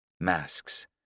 Masks